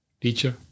Teacher